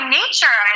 nature